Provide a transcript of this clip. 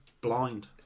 blind